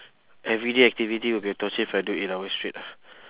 everyday activity would be a torture if I do eight hour straight ah